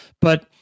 But-